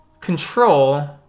control